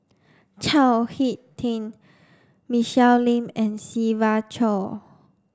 Chao Hick Tin Michelle Lim and Siva Choy